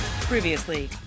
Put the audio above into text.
Previously